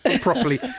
properly